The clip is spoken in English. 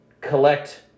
collect